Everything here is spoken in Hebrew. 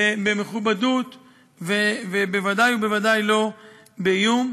במכובדות, ובוודאי ובוודאי לא באיום.